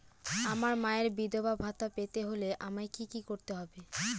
আমার মায়ের বিধবা ভাতা পেতে হলে আমায় কি কি করতে হবে?